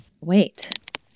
Wait